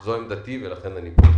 זאת עמדתי ולכן אני פה.